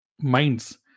minds